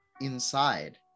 inside